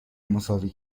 مساوی